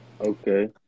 Okay